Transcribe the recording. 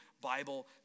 Bible